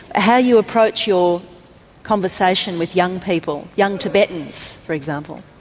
how you approach your conversation with young people, young tibetans for example?